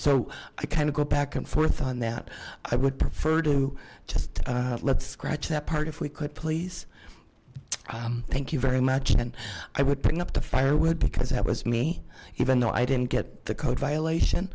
so i kind of go back and forth on that i would prefer to just let scratch that part if we could please thank you very much and i would bring up the firewood because that was me even though i didn't get the code violation